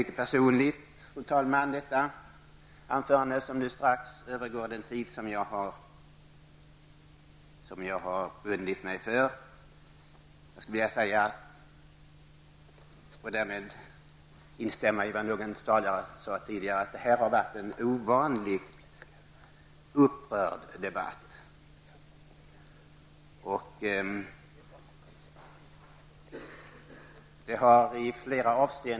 Detta mitt anförande, som strax överskrider den tid som jag har bundit mig för, har blivit mycket personligt. Jag instämmer i vad någon tidigare talare sade, nämligen att det har varit en ovanligt upprörd debatt.